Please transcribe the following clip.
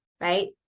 right